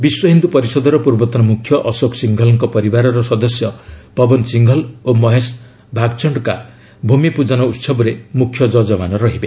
ବିଶ୍ୱହିନ୍ଦୁ ପରିଷଦର ପୂର୍ବତନ ମୁଖ୍ୟ ଅଶୋକ ସିଂଘଲଙ୍କ ପରିବାରର ସଦସ୍ୟ ପବନ ସିଂଘଲ ଓ ମହେଶ ଭାଗଚଣ୍ଡକା ଭୂମି ପୂଜନ ଉତ୍ସବରେ ମୁଖ୍ୟ ଜଜମାନ ରହିବେ